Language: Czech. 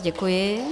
Děkuji.